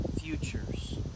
futures